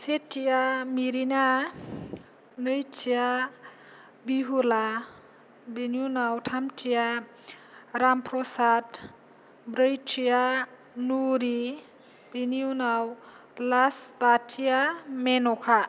सेथिया मिरिना नैथिया बिहुला बिनि उनाव थामथिया रामप्रसाद ब्रैथिया नुरि बेनि उनाव लास्ट बाथिया मेन'का